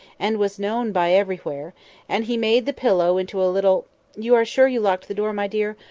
and was known by everywhere and he made the pillow into a little you are sure you locked the door, my dear,